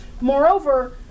Moreover